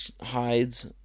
hides